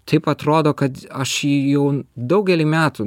taip atrodo kad aš jį jau daugelį metų